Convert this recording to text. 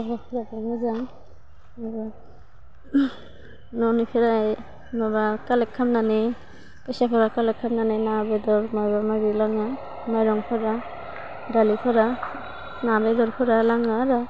जायगाफोराथ' मोजां माबा न'निफ्राय माबा कालेक्ट खालामनानै फैसाफोरा कालेक्ट खालामनानै ना बेदर माबा माबि लाङो माइरंफोरा दालिफोरा ना बेदरफोरा लाङो आरो